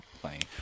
playing